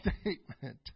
statement